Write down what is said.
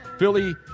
Philly